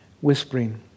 whispering